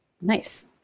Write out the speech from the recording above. Nice